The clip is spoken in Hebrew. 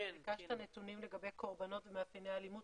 אתה ביקשת נתונים לגבי קורבנות ומאפייני אלימות,